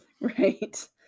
Right